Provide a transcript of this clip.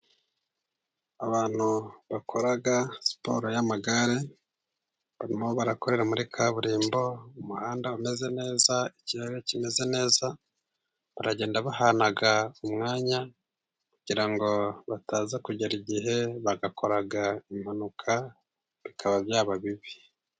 Abantu bakora siporo y'amagare, barimo barakorera muri kaburimbo umuhanda umeze neza ikirere kimeze neza, baragenda bahana umwanya kugira ngo bataza kugera igihe bagakora impanuka bikaba byaba bibi.